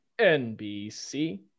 NBC